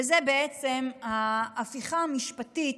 וזה בעצם ההפיכה המשפטית